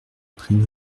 pluie